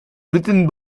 written